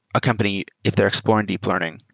a company, if they're exploring deep learning,